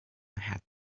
had